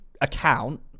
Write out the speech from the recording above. account